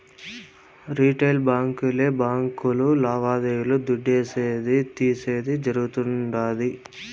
retail బాంకీలే బాంకీలు లావాదేవీలు దుడ్డిసేది, తీసేది జరగుతుండాది